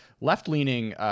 left-leaning